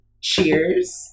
cheers